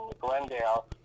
Glendale